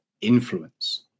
influence